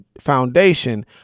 foundation